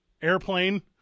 Airplane